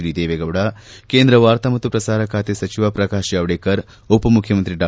D Devegowda ಕೇಂದ್ರ ವಾರ್ತಾ ಮತ್ತು ಪ್ರಸಾರ ಖಾತೆ ಸಚಿವ ಪ್ರಕಾಶ್ ಜಾವಡೇಕರ್ ಉಪ ಮುಖ್ಯಮಂತ್ರಿ ಡಾ